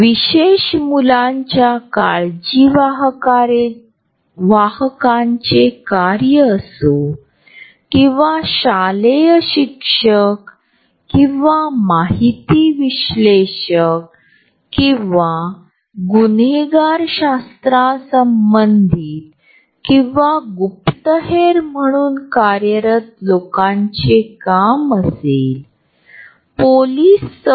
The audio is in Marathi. आमच्या ओळखीच्या लोकांशी संवाद साधताना आम्ही ही जागा वाढवून किंवा संकुचित करून आत्मीयतेचे सिग्नल पाठवितो